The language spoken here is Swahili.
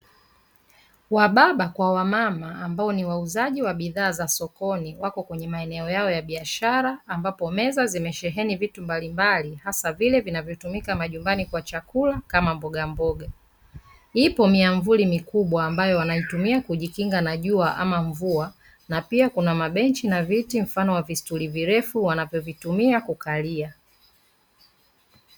Wababa kwa wamama ambao ni wauzaji wa bidhaa za sokoni, wako kwenye maeneo yao ya biashara ambapo meza zimesheheni vitu mbalimbali hasa vile vinazotumika majumbani kwa chakula kama mbogamboga. Ipo myamvuli mikubwa ambayo wanaitumia kujikinga na jua ama mvua, na pia kuna mabenchi na viti mfano wa vistuli virefu wanavyovitumia kukalia.